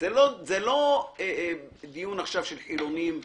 זה לא דיון עכשיו של חילוניים ודתיים,